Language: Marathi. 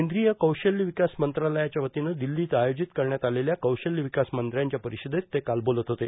केंद्रीय कौशल्य विकास मंत्रालयाच्या वतीनं दिल्लीत आयोजित करण्यात आलेल्या कौशल्य विकास मंत्र्यांच्या परिषदेत ते काल बोलत होते